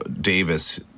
Davis